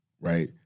right